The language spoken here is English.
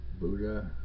Buddha